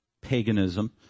paganism